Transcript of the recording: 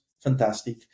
fantastic